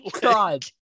god